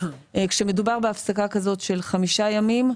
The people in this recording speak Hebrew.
כשמדובר בהפסקה כזאת של חמישה ימים,